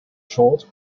short